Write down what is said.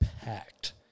packed